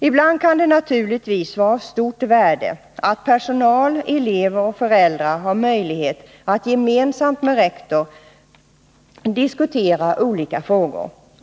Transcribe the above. Ibland kan det naturligtvis vara av stort värde att personal, elever och föräldrar har möjlighet att gemensamt med rektor diskutera olika frågor.